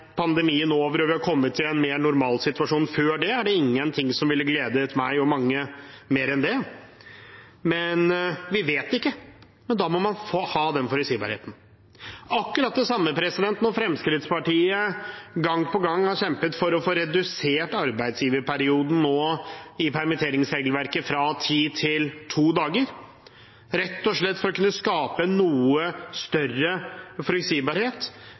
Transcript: pandemien over og vi er kommet i en mer normal situasjon før det, er det ingen ting som ville gledet meg og mange mer enn det, men vi vet ikke, og da må man ha den forutsigbarheten. Når Fremskrittspartiet gang på gang har kjempet for å få redusert arbeidsgiverperioden i permitteringsregelverket fra ti til to dager, er det rett og slett for å kunne skape noe større forutsigbarhet,